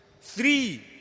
three